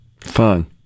fun